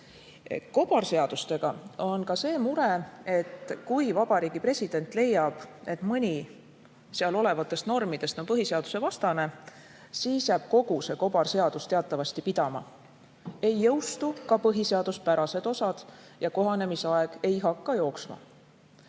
Kobarseadustega on ka see mure, et kui Vabariigi President leiab, et mõni seal olevatest normidest on põhiseadusevastane, siis jääb kogu see kobarseadus teatavasti toppama, ei jõustu ka põhiseaduspärased osad ja kohanemisaeg ei hakka jooksma.